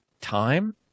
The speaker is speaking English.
time